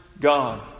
God